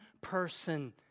person